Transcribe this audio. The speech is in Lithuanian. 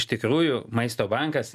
iš tikrųjų maisto bankas